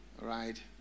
Right